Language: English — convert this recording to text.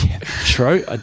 True